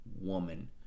woman